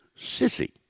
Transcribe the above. sissy